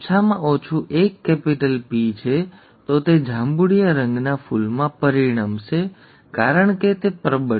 જો ઓછામાં ઓછું એક કેપિટલ P છે તો તે જાંબુડિયા રંગના ફૂલમાં પરિણમશે કારણ કે તે પ્રબળ છે અને તેથી તમારી પાસે ચારમાંથી ત્રણ જાંબુડિયા છે અને ચારમાંથી એક સફેદ છે ઠીક છે